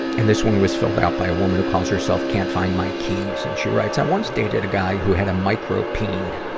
and this was filled out by a woman who calls herself can't find my keys. and she writes, i once dated a guy who had a micro peen.